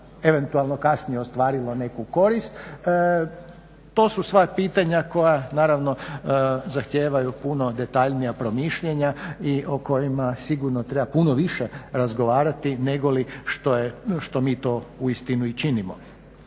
eventualno kasnije ostvarilo neku korist. To su sva pitanja koja naravno zahtijevaju puno detaljnija promišljanja i o kojima sigurno treba puno više razgovarati nego što mi to uistinu i činimo.